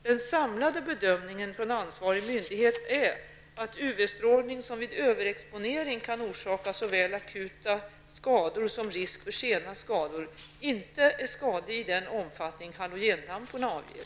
Den samlade bedömningen från ansvarig myndighet är att UV-strålning, som vid överexponering kan orsaka såväl akuta skador som risk för sena skador, inte är skadlig i den omfattning halogenlampor avger.